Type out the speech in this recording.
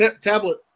tablet